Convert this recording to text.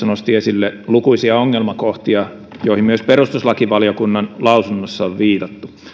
nosti esille lukuisia ongelmakohtia joihin myös perustuslakivaliokunnan lausunnossa on viitattu